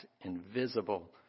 invisible